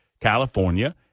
California